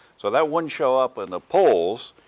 so that wouldn't show up in the polls.